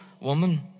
woman